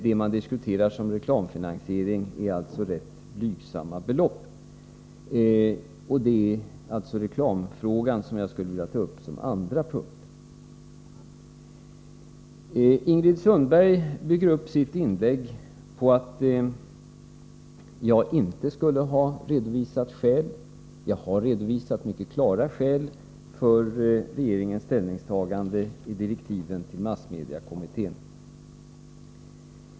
Det man diskuterar som reklamfinansiering gäller rätt blygsamma belopp. Ingrid Sundberg bygger upp sitt inlägg på att jag inte skulle ha redovisat skäl mot TV-reklam. Jag har redovisat mycket klara skäl för regeringens ställningstagande i direktiven till massmediekommittén.